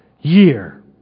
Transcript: year